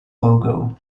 logo